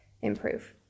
improve